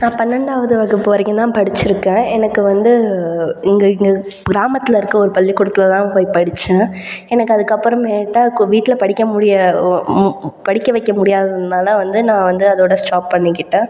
நான் பன்னெண்டாவது வகுப்பு வரைக்கும்தான் படித்திருக்கேன் எனக்கு வந்து இங்கே கிராமத்தில் இருக்க ஒரு பள்ளிக்கூடத்தில் தான் போய் படித்தேன் எனக்கு அதுக்கப்புறம் என்ட் வீட்டில் படிக்க முடியாத படிக்கச் வைக்க முடியாததால் வந்து நான் வந்து அதோடு ஸ்டாப் பண்ணிக்கிட்டேன்